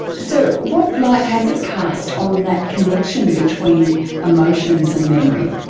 so what light has it cast on that connection between emotions and memory?